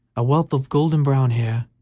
a wealth of golden-brown hair,